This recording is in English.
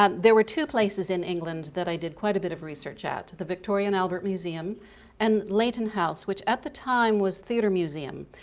um there were two places in england that i did quite a bit of research at the victoria and albert museum and layton house, which at the time was theatre museum.